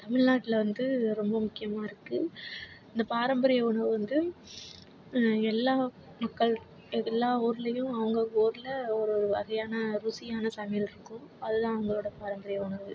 தமிழ்நாட்டில் வந்து ரொம்ப முக்கிமாக இருக்குது இந்த பாரம்பரிய உணவு வந்து எல்லா மக்கள் எல்லா ஊர்லேயும் அவங்கவுங்க ஊரில் ஒரு ஒரு வகையான ருசியான சமையல் இருக்கும் அது தான் அவங்களோடய பாரம்பரிய உணவு